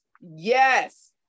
yes